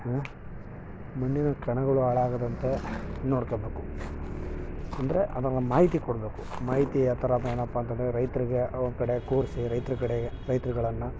ಮಣ್ಣಿನ ಕಣಗಳು ಹಾಳಾಗದಂತೆ ನೋಡ್ಕೊಬೇಕು ಅಂದರೆ ಅದರ ಮಾಹಿತಿ ಕೊಡಬೇಕು ಮಾಹಿತಿ ಯಾವ ಥರ ಏನಪ್ಪ ಅಂತಂದರೆ ರೈತರಿಗೆ ಒಂದು ಕಡೆ ಕೂರಿಸಿ ರೈತ್ರ ಕಡೆಗೆ ರೈತ್ರುಗಳನ್ನು